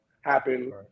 happen